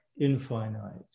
infinite